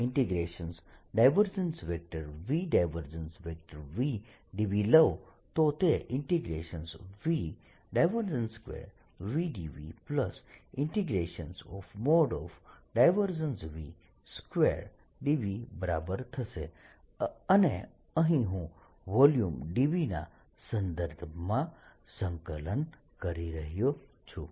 VVdVલઉ તો તે V2VdVV2dVબરાબર થશે અને અહીં હું વોલ્યુમ dV ના સંદર્ભમાં સંકલન કરી રહ્યો છું